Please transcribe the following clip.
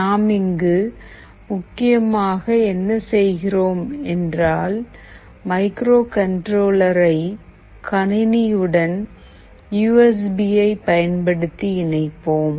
நாம் இங்கு முக்கியமாக என்ன செய்கிறோம் என்றால் மைக்ரோகண்ட்ரோலரை கணினி உடன் யூ எஸ் பியை பயன்படுத்தி இணைப்போம்